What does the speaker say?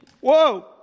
whoa